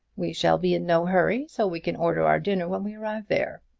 we shall be in no hurry so we can order our dinner when we arrive there.